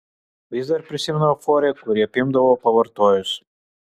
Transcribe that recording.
vis dar prisimenu euforiją kuri apimdavo pavartojus